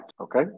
Okay